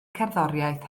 cerddoriaeth